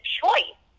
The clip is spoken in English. choice